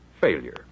failure